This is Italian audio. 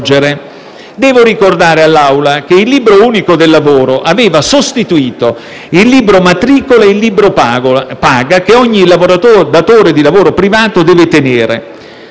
Devo ricordare all'Assemblea che il Libro unico del lavoro aveva sostituito il libro matricola e il libro paga, che ogni datore di lavoro privato doveva tenere: